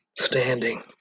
standing